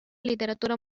literatura